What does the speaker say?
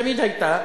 תמיד היתה,